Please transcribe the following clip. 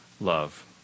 love